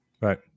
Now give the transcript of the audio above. Right